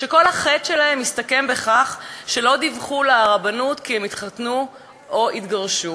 שכל החטא שלהם מסתכם בכך שלא דיווחו לרבנות כי הם התחתנו או התגרשו.